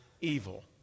evil